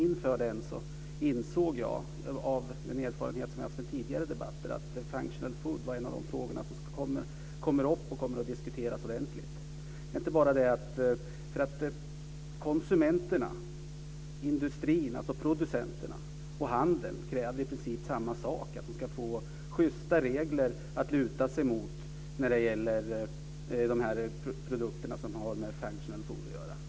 Inför den insåg jag av erfarenhet från tidigare debatter att frågan om functional food var en av de frågor som skulle komma upp och diskuteras ordentligt. Konsumenterna, industrin, alltså producenterna, och handeln kräver i princip samma sak, att de ska få schysta regler att luta sig mot när det gäller denna typ av produkter.